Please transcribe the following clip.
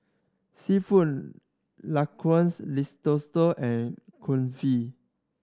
Seafood Linguine Risotto and Kulfi